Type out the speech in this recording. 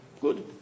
Good